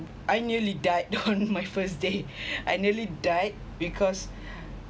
I nearly died on my first day I nearly died because